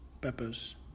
peppers